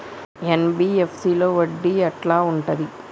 NBFC లో వడ్డీ ఎట్లా ఉంటది?